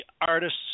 artists